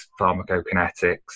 pharmacokinetics